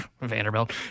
Vanderbilt